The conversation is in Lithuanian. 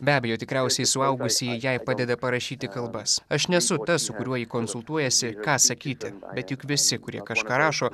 be abejo tikriausiai suaugusieji jai padeda parašyti kalbas aš nesu tas su kuriuo konsultuojasi ką sakyti bet juk visi kurie kažką rašo